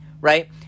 right